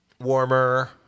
warmer